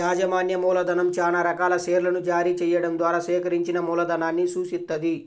యాజమాన్య మూలధనం చానా రకాల షేర్లను జారీ చెయ్యడం ద్వారా సేకరించిన మూలధనాన్ని సూచిత్తది